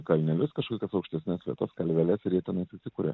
kalnelius kažkokias aukštesnes vietas kalveles ir jie tenais įsikuria